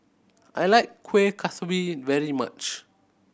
I like Kuih Kaswi very much